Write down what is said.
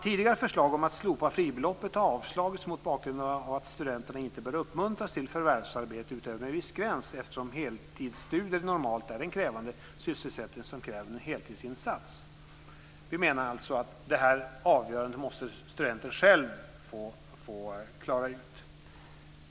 Tidigare förslag om att slopa fribeloppet har avslagits mot bakgrund av att studenterna inte bör uppmuntras till förvärvsarbete utöver en viss gräns, eftersom heltidsstudier normalt är en krävande sysselsättning som kräver en heltidsinsats. Vi menar att detta avgörande måste studenten själv få att klara ut.